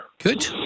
Good